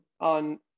on